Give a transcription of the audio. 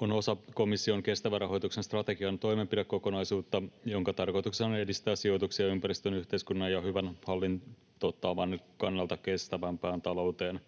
on osa komission kestävän rahoituksen strategian toimenpidekokonaisuutta, jonka tarkoituksena on edistää sijoituksia ympäristön, yhteiskunnan ja hyvän hallintotavan kannalta kestävämpään talouteen.